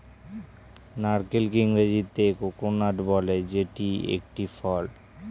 নারকেলকে ইংরেজিতে কোকোনাট বলে যেটি একটি ফল